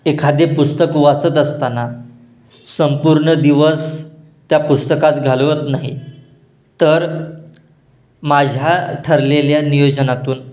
एखादे पुस्तक वाचत असताना संपूर्ण दिवस त्या पुस्तकात घालवत नाही तर माझ्या ठरलेल्या नियोजनातून